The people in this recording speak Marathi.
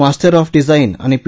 मास्टर ऑफ डिझाईन आणि पी